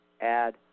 add